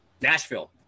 nashville